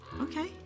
Okay